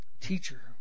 Teacher